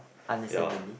understandably